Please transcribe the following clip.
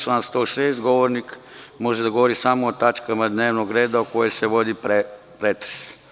Član 106. – govornik može da govori samo o tačkama dnevnog reda o kojima se vodipretres.